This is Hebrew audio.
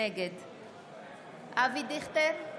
נגד אבי דיכטר,